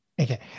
Okay